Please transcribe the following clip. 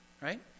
right